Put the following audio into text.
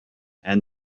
and